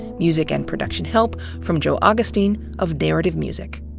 music and production help from joe augustine of narrative music.